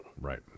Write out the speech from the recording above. Right